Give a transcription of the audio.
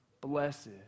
Blessed